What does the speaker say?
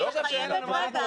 אני אומרת מה היה הרציונל.